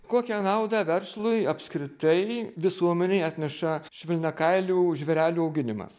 kokia naudą verslui apskritai visuomenei atneša švelniakailių žvėrelių auginimas